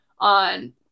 on